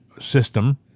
system